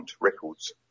Records